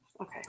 Okay